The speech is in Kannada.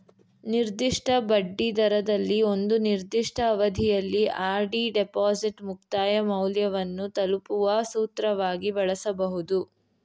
ನಿರ್ದಿಷ್ಟ ಬಡ್ಡಿದರದಲ್ಲಿ ಒಂದು ನಿರ್ದಿಷ್ಟ ಅವಧಿಯಲ್ಲಿ ಆರ್.ಡಿ ಡಿಪಾಸಿಟ್ ಮುಕ್ತಾಯ ಮೌಲ್ಯವನ್ನು ತಲುಪುವ ಸೂತ್ರವಾಗಿ ಬಳಸಬಹುದು